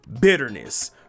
bitterness